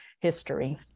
history